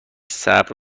صبر